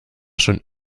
schon